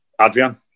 Adrian